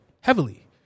Heavily